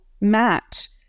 match